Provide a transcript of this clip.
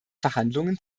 verhandlungen